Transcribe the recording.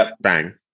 bang